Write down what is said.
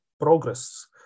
progress